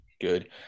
good